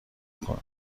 کنن